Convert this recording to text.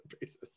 basis